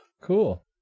Cool